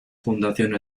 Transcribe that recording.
fundación